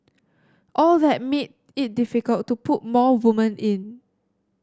all that made it difficult to put more woman in